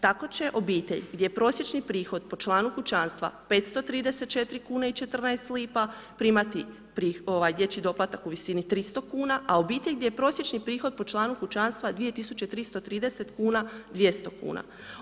Tako će obitelj gdje prosječni prihod po članu kućanstva 534,14 kuna primati dječji doplatak u visini 300 kuna, a obitelj gdje je prosječni prihod po članu kućanstva 2.330 kuna 200 kuna.